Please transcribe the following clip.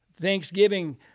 Thanksgiving